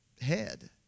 head